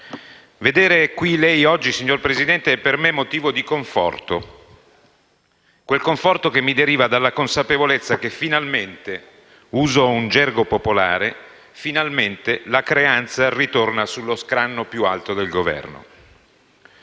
Vedere lei qui oggi, signor Presidente, è per me motivo di conforto, che mi deriva dalla consapevolezza che finalmente - uso un gergo popolare - la creanza ritorna sullo scranno più alto del Governo.